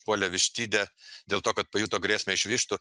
puolė vištidę dėl to kad pajuto grėsmę iš vištų